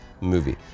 movie